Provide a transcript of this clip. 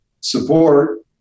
support